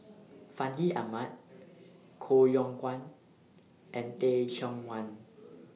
Fandi Ahmad Koh Yong Guan and Teh Cheang Wan